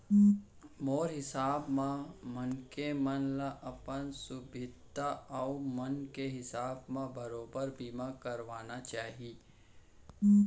मोर हिसाब म मनसे मन ल अपन सुभीता अउ मांग के हिसाब म बरोबर बीमा करवाना चाही